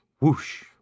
whoosh